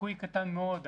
הסיכוי קטן מאוד.